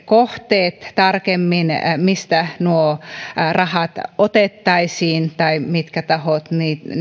kohteet tarkemmin mistä nuo rahat otettaisiin tai mitkä tahot